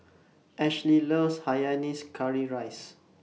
Ashely loves Hainanese Curry Rice